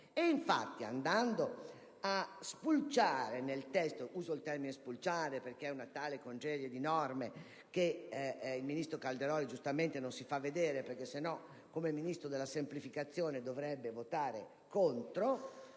Infatti, andando a "spulciare" nel testo (uso questo termine perché è una tale congerie di norme che il ministro Calderoli giustamente non si fa vedere, perché altrimenti, come Ministro della semplificazione, dovrebbe votare contro),